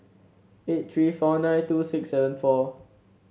eight three four nine two six seven four